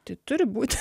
tai turi būti